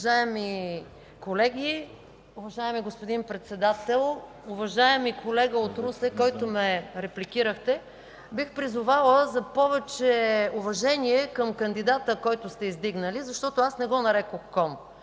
Уважаеми колеги, уважаеми господин Председател! Уважаеми колега от Русе, който ме репликирате, бих призовала за повече уважение към кандидата, който сте издигнали, защото аз не го нарекох